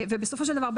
ובסופו של דבר,